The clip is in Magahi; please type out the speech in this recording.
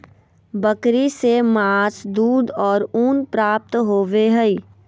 बकरी से मांस, दूध और ऊन प्राप्त होबय हइ